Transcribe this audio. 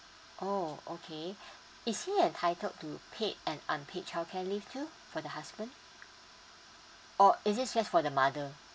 oh okay is it entitled to paid and unpaid childcare leave too for the husband or is it just for the mother